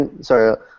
sorry